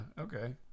Okay